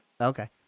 Okay